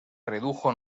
redujo